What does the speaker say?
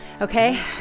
okay